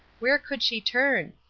where could she turn?